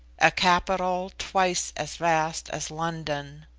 a capital twice as vast as london.